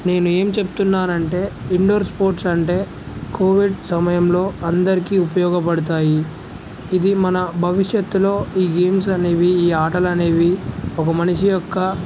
నేను ఏం చెప్తున్నానంటే ఇండోర్ స్పోర్ట్స్ అంటే కోవిడ్ సమయంలో అందరికీ ఉపయోగపడతాయి ఇది మన భవిష్యత్తులో ఈ గేమ్స్ అనేవి ఈ ఆటలనేవి ఒక మనిషి యొక్క